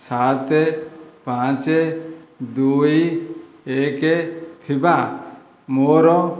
ସାତ ପାଞ୍ଚ ଦୁଇ ଏକ ଥିବା ମୋର